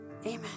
Amen